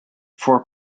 for